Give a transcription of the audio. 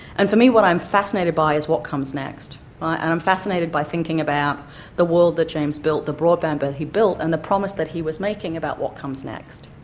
and for me what i'm fascinated by is what comes next. and i'm fascinated by thinking about the world that james built, the broadband that but he built and the promise that he was making about what comes next.